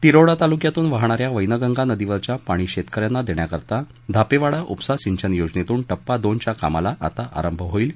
तिरोडा तालुक्यातून वाहणाऱ्या वैनगंगा नदीवरील पाणी शेतकऱ्यांना देण्याकरिता धापेवाडा उपसा सिंचन योजनेतून टप्पा दोनच्या कामाला आता आरंभ होईल